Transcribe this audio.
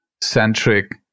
centric